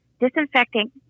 disinfecting